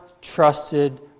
trusted